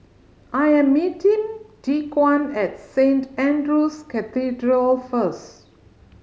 I am meeting Dequan at Saint Andrew's Cathedral first